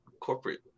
corporate